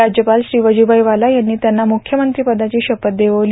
राज्यपाल श्री वजुभाई वाला यांनी त्यांना मुख्यमंत्रीपदाची शपथ देववीली